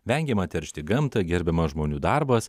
vengiama teršti gamtą gerbiamas žmonių darbas